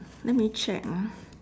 let me check ah